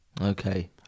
Okay